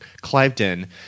Cliveden